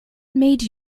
made